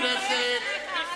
על ערכים אתה מדבר?